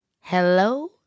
Hello